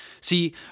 See